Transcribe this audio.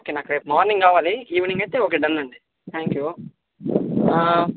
okay నాకు రేపు morning కావాలి ఈవ్నింగ్ అయితే ఓకే డన్ అండి థ్యాంక్ యు